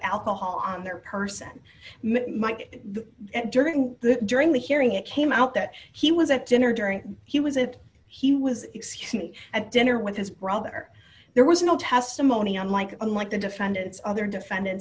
alcohol on their person during the during the hearing it came out that he was at dinner during he was if he was excuse me at dinner with his brother there was no testimony unlike unlike the defendants other defendants